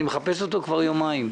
אני מחפש אותו כבר יומיים.